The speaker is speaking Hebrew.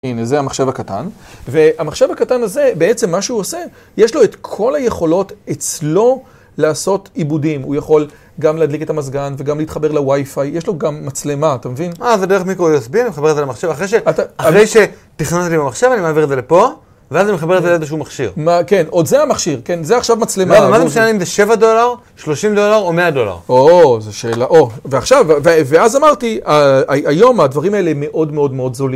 הנה, זה המחשב הקטן, והמחשב הקטן הזה, בעצם מה שהוא עושה, יש לו את כל היכולות אצלו לעשות עיבודים. הוא יכול גם להדליק את המזגן וגם להתחבר לווי-פיי, יש לו גם מצלמה, אתה מבין? אה, זה דרך מיקרו usb, מחבר את זה למחשב, אחרי שתכנתתי במחשב אני מעביר את זה לפה, ואז אני מחבר את זה לאיזשהו מכשיר. כן, עוד זה המכשיר, כן, זה עכשיו מצלמה. לא, מה זה משנה אם זה שבע דולר, שלושים דולר או מאה דולר? או, זה שאלה, ועכשיו, ואז אמרתי, היום הדברים האלה מאוד מאוד מאוד זולים.